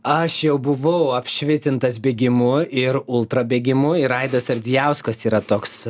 aš jau buvau apšvitintas bėgimu ir ultra bėgimu ir aidas ardzijauskas yra toks